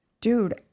dude